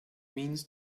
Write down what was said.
means